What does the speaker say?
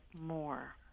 more